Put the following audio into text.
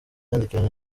yandikirana